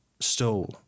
stole